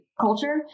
culture